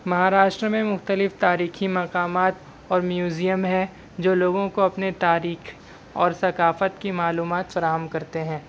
مہاراشٹر میں مختلف تاریخی مقامات اور میوزیم ہیں جو لوگوں کو اپنی تاریخ اور ثقافت کی معلومات فراہم کرتے ہیں